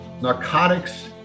Narcotics